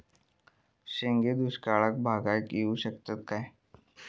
शेंगे दुष्काळ भागाक येऊ शकतत काय?